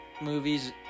movies